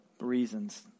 reasons